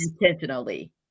intentionally